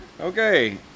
Okay